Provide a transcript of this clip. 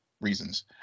reasons